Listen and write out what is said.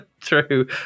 True